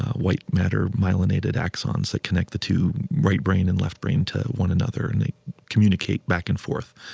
white-matter myelinated axons that connect the two right brain and left brain to one another and they communicate back and forth.